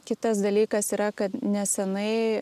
kitas dalykas yra kad nesenai